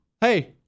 Hey